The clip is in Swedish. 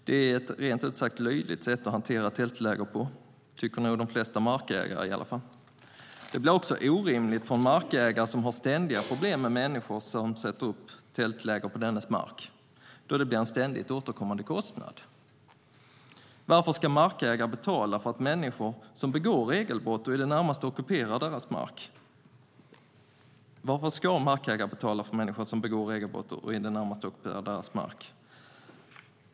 Det är ett rent ut sagt löjligt sätt att hantera tältläger på - det tycker nog de flesta markägare i alla fall. Det blir också orimligt för markägare som har ständiga problem med människor som sätter upp tältläger på deras mark, då det blir en ständigt återkommande kostnad. Varför ska markägare betala för människor som begår regelbrott och i det närmaste ockuperar deras mark?